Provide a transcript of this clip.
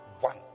One